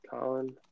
Colin